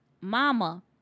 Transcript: mama